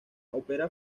opera